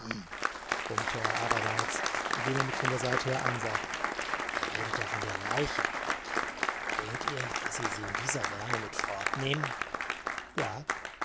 er abermals indem er mich von der seite her ansah ihr redet da von der leiche denkt ihr daß sie sie in dieser wärme mit fortnehmen ja